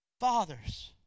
Fathers